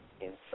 inside